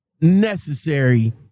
necessary